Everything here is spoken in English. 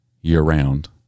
year-round